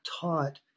taught